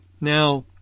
Now